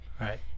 right